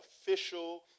official